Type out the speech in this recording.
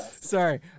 Sorry